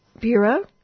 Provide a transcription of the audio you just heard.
Bureau